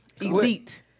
Elite